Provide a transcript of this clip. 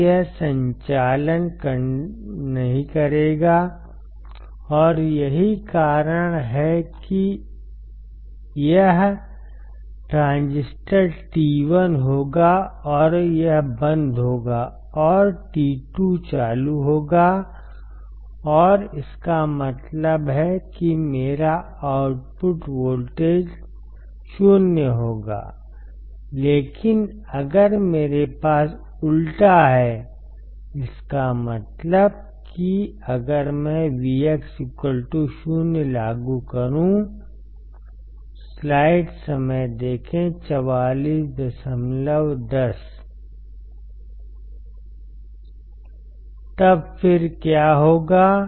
तो यह संचालन नहीं करेगा और यही कारण है कि यह ट्रांजिस्टर T1 होगा और यह बंद होगा और T2 चालू होगा और इसका मतलब है कि मेरा आउटपुट वोल्टेज 0 होगा लेकिन अगर मेरे पास उल्टा है इसका मतलब है कि अगर मैं Vx 0 लागू करूं तब फिर क्या होगा